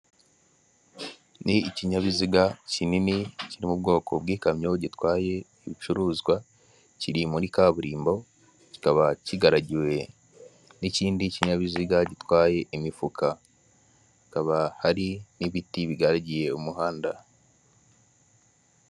Ni ikinyabiziga kinini kiri mu bwoko bw'ikamyo gitwaye ibicuruzwa kiri muri kaburimbo kikaba kigaragiwe n'ikindi kinyabiziga gitwaye imifuka ,hakaba hari n'ibiti bigaragiye umuhanda.